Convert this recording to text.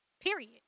Period